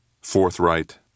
forthright